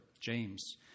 James